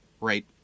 right